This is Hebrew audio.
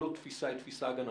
כל עוד התפיסה היא תפיסה הגנתית,